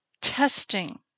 testing